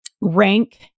rank